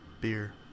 beer